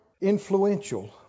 influential